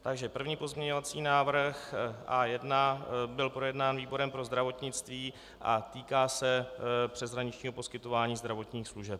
Takže první pozměňovací návrh A1 byl projednán výborem pro zdravotnictví a týká se přeshraničního poskytování zdravotních služeb.